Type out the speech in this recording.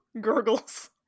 gurgles